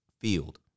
field